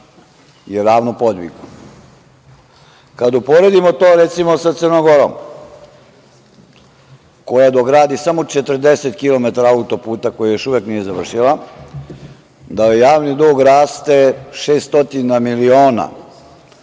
je ravno podvigu. Kad uporedimo to, recimo, sa Crnom Gorom, koja radi samo 40 km auto-puta koji još uvek nije završila, da joj javni dug raste 600 miliona